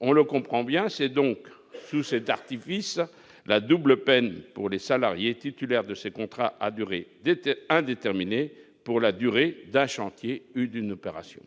on le comprend bien, c'est donc sous cet artifice, la double peine pour les salariés titulaires de ces contrats à durée d'était indéterminée pour la durée d'un chantier, une opération.